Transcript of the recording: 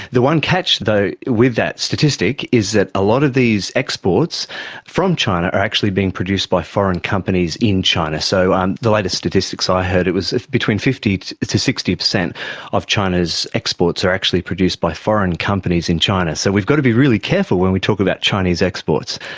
the one catch though with that statistic is that a lot of these exports from china are actually being produced by foreign companies in china. so and the latest statistics i heard, it was between fifty percent to sixty percent of china's exports are actually produced by foreign companies in china. so we've got to be really careful when we talk about chinese exports.